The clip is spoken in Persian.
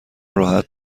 راحت